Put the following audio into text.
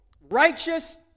righteous